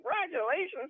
congratulations